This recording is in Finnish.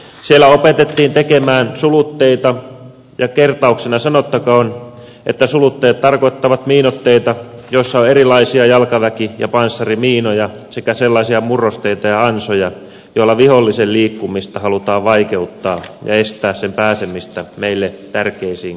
siellä opetettiin tekemään sulutteita ja kertauksena sanottakoon että sulutteet tarkoittavat miinoitteita joissa on erilaisia jalkaväki ja panssarimiinoja sekä sellaisia murrosteita ja ansoja joilla vihollisen liikkumista halutaan vaikeuttaa ja estää sen pääsemistä meille tärkeisiin kohteisiin